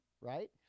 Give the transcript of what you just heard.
right